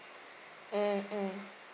mm mm